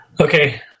Okay